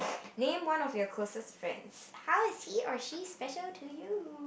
name one of your closest friends how is he or she special to you